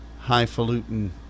highfalutin